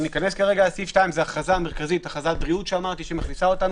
סעיף 2 זה הכרזת הבריאות שמכניסה אותנו